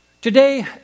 Today